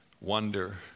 wonder